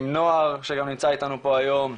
עם נוער שגם נמצא איתנו פה היום,